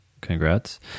congrats